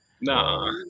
no